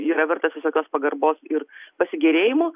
yra vertas visokios pagarbos ir pasigėrėjimo